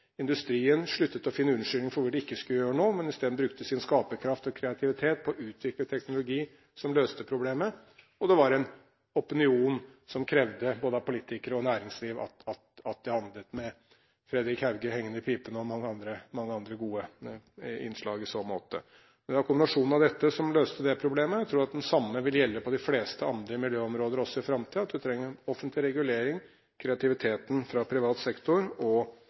Industrien sluttet å finne unnskyldninger for hvorfor de ikke skulle gjøre noe, men brukte isteden sin skaperkraft og kreativitet på å utvikle teknologi som løste problemet. Og det var en opinion som krevde av både politikere og næringsliv at de handlet – med Frederic Hauge hengende i pipene og mange andre gode innslag i så måte. Det var kombinasjonen av dette som løste det problemet. Jeg tror det samme vil gjelde på de fleste andre miljøområder også i framtiden. Man trenger offentlig regulering, kreativiteten fra privat sektor og